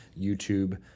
YouTube